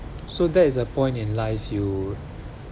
so that is a point in life you